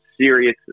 serious